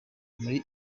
muri